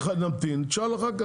תמתין ותשאל אחר-כך.